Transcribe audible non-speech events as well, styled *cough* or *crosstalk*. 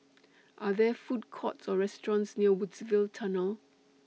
*noise* Are There Food Courts Or restaurants near Woodsville Tunnel